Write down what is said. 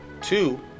Two